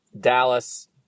Dallas